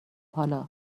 حالا